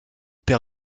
perd